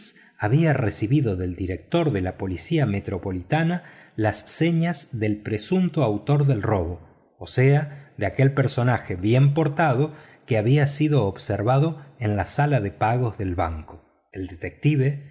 había recibido del director de la policía metropolitana las señas del presunto autor del robo o sea de aquel personaje bien portado que había sido observado en la sala de pagos del banco el detective